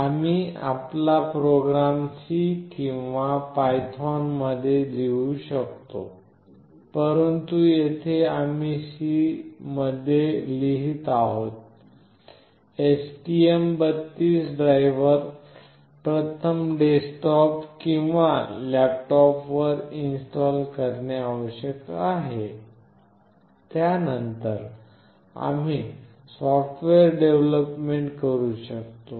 आम्ही आपला program C किंवा python मध्ये लिहू शकतो परंतु येथे आम्ही C मध्ये लिहित आहोत STM32 ड्राइव्हर प्रथम डेस्कटॉप किंवा लॅपटॉपवर इन्स्टॉल करणे आवश्यक आहे त्यानंतर आम्ही सॉफ्टवेअर डेव्हलपमेंट करू शकतो